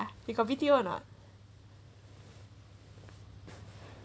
you got video or not